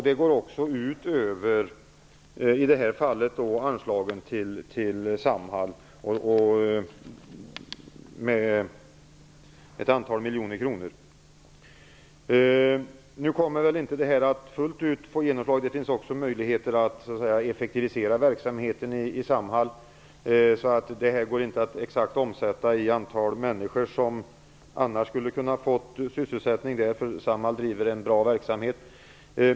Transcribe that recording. Det går i det här fallet också ut över anslagen till Samhall med ett antal miljoner kronor. Nu kommer nog inte detta att fullt ut få genomslag. Det finns också möjligheter att effektivisera verksamheten i Samhall. Det går inte att omsätta i exakt antal människor annars skulle kunnat få sysselsättning. Samhall bedriver en bra verksamhet.